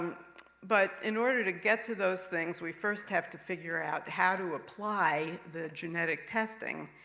but in order to get to those things. we first have to figure out how to apply the genetic testing.